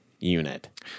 unit